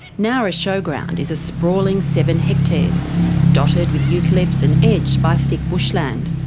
nowra showground is a sprawling seven hectares dotted with eucalypts and edged by thick bushland.